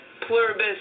pluribus